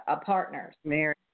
partners